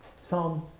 Psalm